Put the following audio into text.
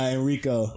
Enrico